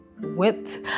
went